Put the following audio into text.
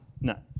no